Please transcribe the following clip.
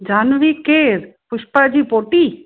जाह्नवी केरु पुष्पा जी पोटी